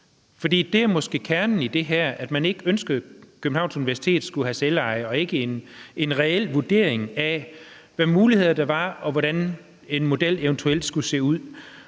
For det er måske kernen i det her, nemlig at man ikke ønskede, at Københavns Universitet skulle have selveje, og at det ikke er en reel vurdering af, hvad muligheder der var, og hvordan en model eventuelt skulle se ud.